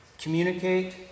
communicate